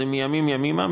זה מימים ימימה,